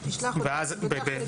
אמרת?